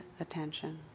attention